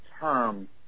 term